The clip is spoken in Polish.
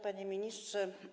Panie Ministrze!